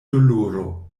doloro